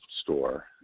store